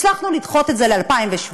הצלחנו לדחות את זה ל-2017,